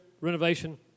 renovation